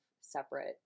separate